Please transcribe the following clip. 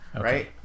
Right